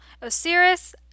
Osiris